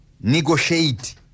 negotiate